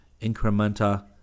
incrementa